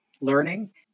learning